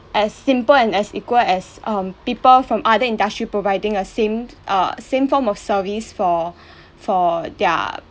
as simple and as equal as um people from other industry providing a same err same form of service for for their